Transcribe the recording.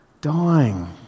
Dying